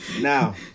Now